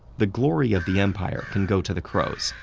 the glory of the empire can go to the crows.